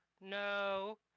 no